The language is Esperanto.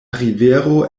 rivero